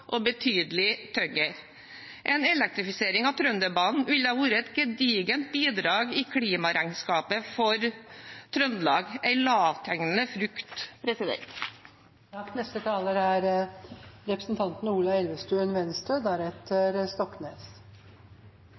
og betydelig tyngre. En elektrifisering av Trønderbanen ville ha vært et gedigent bidrag i klimaregnskapet for Trøndelag, en lavthengende frukt. Dette er en interessant debatt. I debatten er